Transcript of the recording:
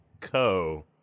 co-